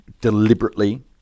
deliberately